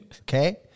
Okay